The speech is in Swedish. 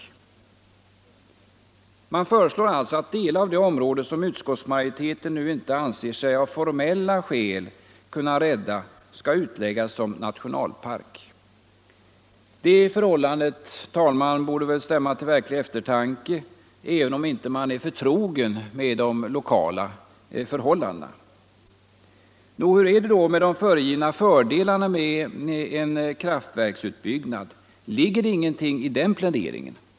Man föreslår alltså att delar av det område som utskottsmajoriteten nu inte anser sig av formella skäl kunna rädda skall utläggas som nationalpark! Det förhållandet, herr talman, borde väl stämma till verklig eftertanke, även om man inte är förtrogen med de lokala förhållandena. Nå, hur är det då med de föregivna fördelarna med en kraftverksutbyggnad? Ligger det ingenting i den pläderingen?